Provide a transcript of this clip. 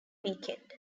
weekend